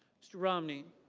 mr. romney.